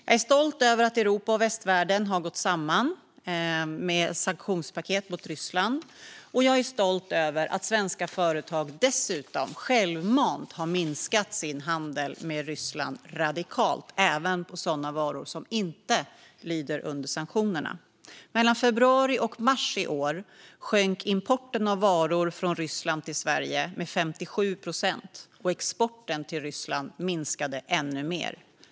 Jag är stolt över att Europa och västvärlden har gått samman med sanktionspaket mot Ryssland, och jag är stolt över att svenska företag dessutom självmant radikalt har minskat sin handel med Ryssland, även när det gäller sådana varor som inte lyder under sanktionerna. Mellan februari och mars i år sjönk importen av varor från Ryssland till Sverige med 57 procent, och exporten till Ryssland minskade ännu mer.